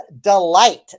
delight